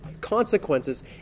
consequences